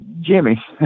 Jimmy